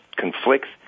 conflicts